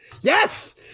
Yes